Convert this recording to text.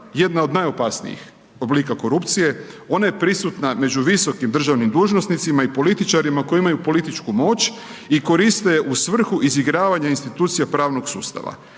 jedna od najopasnijih oblika korupcije, ona je prisutna među visokim državnim dužnosnicima i političarima koji imaju političku moć i koriste u svrhu izigravanja institucija pravnog sustava.